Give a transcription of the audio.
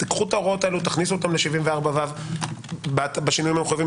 קחו את ההוראות האלה ותכניסו אותן ל-74ו בשינויים המחויבים,